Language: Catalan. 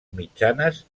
mitjanes